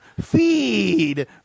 feed